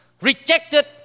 rejected